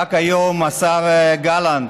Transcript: רק היום השר גלנט,